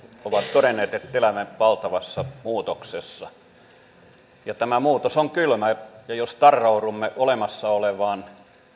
ovat todenneet että elämme valtavassa muutoksessa ja tämä muutos on kylmä jos tarraudumme olemassa olevaan